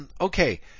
Okay